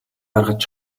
гаргаж